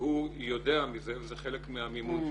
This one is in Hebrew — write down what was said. שהוא יודע מזה וזה חלק מהמימון שלו.